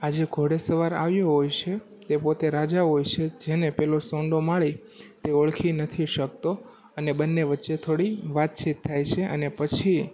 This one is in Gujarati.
આ જે ઘોડેસવાર આવ્યો હોય છે તે પોતે રાજા હોય છે જેને પેલો સોંડો માળી તે ઓળખી નથી શકતો અને બંને વચ્ચે થોળી વાતચીત થાય છે અને પછી